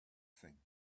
thing